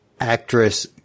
actress